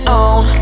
on